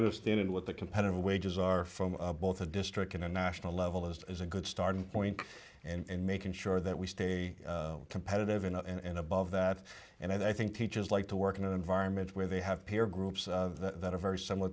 understand what the competitive wages are from both a district in a national level is a good starting point and making sure that we stay competitive enough and above that and i think teachers like to work in an environment where they have peer groups that are very similar